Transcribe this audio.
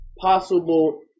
possible